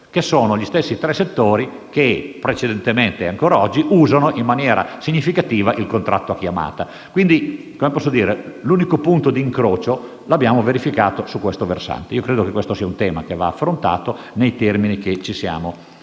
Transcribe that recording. che sono gli stessi tre settori che precedentemente e ancora oggi usano in maniera significativa il contratto a chiamata. Quindi, l'unico punto di incrocio lo abbiamo verificato su questo versante. Credo che questo tema vada affrontato nei termini che ci siamo detti.